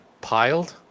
piled